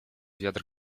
wiatr